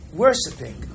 worshipping